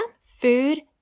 food